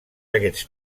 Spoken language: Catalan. aquests